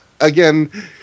Again